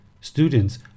students